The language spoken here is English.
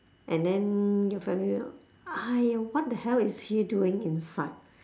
and then your family member !aiya! what the hell is he doing inside